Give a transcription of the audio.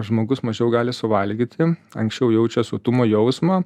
žmogus mažiau gali suvalgyti anksčiau jaučia sotumo jausmą